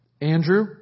Andrew